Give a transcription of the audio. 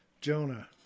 Jonah